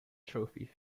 trophy